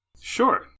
sure